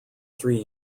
three